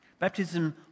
Baptism